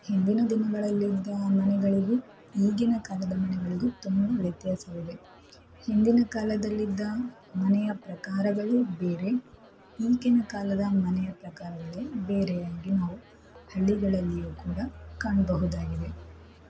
ಹಿಂದಿನ ದಿನಗಳಲ್ಲಿದ್ದ ಮನೆಗಳಿಗೂ ಈಗಿನ ಕಾಲದ ಮನೆಗಳಿಗೂ ತುಂಬ ವ್ಯತ್ಯಾಸವಿದೆ ಹಿಂದಿನ ಕಾಲದಲ್ಲಿದ್ದ ಮನೆಯ ಪ್ರಕಾರಗಳು ಬೇರೆ ಈಗಿನ ಕಾಲದ ಮನೆಯ ಪ್ರಕಾರಗಳು ಬೇರೆಯಾಗಿ ನಾವು ಹಳ್ಳಿಗಳಲ್ಲಿಯೂ ಕೂಡ ಕಾಣಬಹುದಾಗಿದೆ